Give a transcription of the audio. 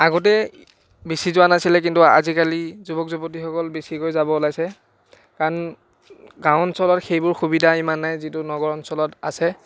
আগতে বেছি যোৱা নাছিলে কিন্তু আজিকালি যুৱক যুৱতীসকল বেছিকৈ যাব ওলাইছে কাৰণ গাঁও অঞ্চলত সেইবোৰ সুবিধা ইমান নাই যিটো নগৰ অঞ্চলত আছে